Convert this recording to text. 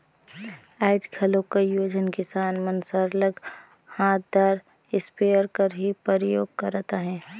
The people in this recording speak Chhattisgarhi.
आएज घलो कइयो झन किसान मन सरलग हांथदार इस्पेयर कर ही परयोग करत अहें